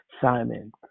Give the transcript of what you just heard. Simon